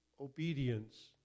obedience